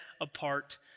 apart